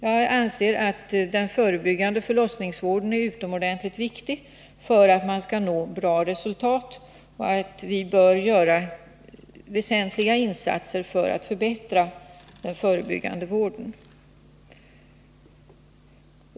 Jag anser att den förebyggande förlossningsvården är utomordentligt viktig för att man skall kunna nå bra resultat och att vi bör göra väsentliga insatser för att förbättra den.